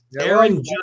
Aaron